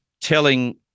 telling